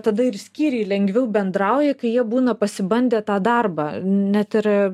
tada ir skyriai lengviau bendrauja kai jie būna pasibandę tą darbą net ir